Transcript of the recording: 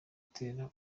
gutera